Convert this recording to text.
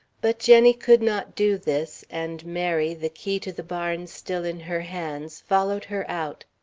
but jenny could not do this, and mary, the key to the barn still in her hands, followed her out.